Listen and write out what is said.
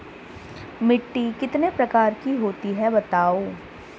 मिट्टी कितने प्रकार की होती हैं बताओ?